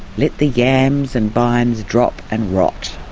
let the yams and vines drop and rot,